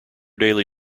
daily